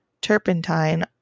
turpentine